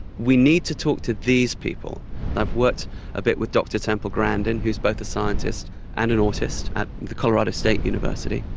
we need to talk to these people. and i've worked a bit with dr temple grandin, who's both a scientist and an autist, at the colorado state university,